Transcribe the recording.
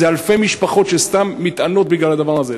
אלפי משפחות סתם מתענות בגלל הדבר הזה.